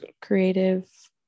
creative